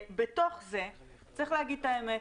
בתוך זה צריך לומר את האמת.